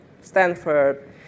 Stanford